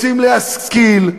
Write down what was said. רוצים להשכיל?